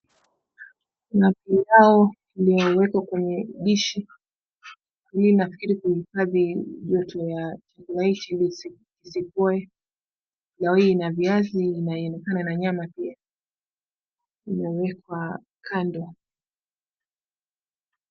Kuna pilau iliyowekwa kwenye dishi ili nafikiri kuhifadhi joto yake rahisi isipoe. Pilau hii ina viazi inayoonekana na nyama pia imewekwa kando.